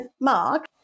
Mark